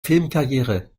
filmkarriere